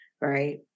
right